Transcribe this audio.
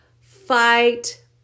fight